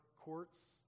courts